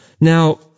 Now